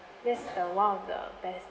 that's the one of the best